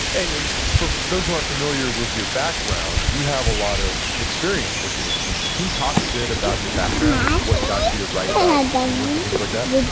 and for those who aren't familiar with your background, you have a lot of experience working with teams. can you talk a bit about your background and what got you to write about teamwork and things like that?